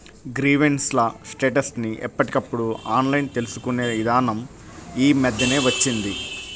grievance ల status ని ఎప్పటికప్పుడు ఆన్లైన్ తెలుసుకునే ఇదానం యీ మద్దెనే వచ్చింది